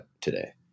today